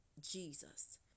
Jesus